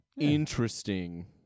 Interesting